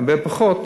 הרבה פחות.